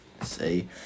See